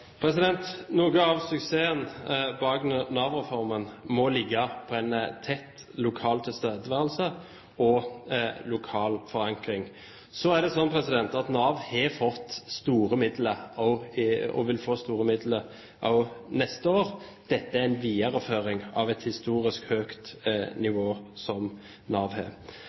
Noe av suksessen bak Nav-reformen må ligge i en tett lokal tilstedeværelse og lokal forankring. Nav har fått store midler og vil også få store midler neste år. Dette er en videreføring av et historisk høyt nivå i Nav.